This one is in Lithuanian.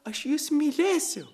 aš jus mylėsiu